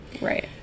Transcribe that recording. Right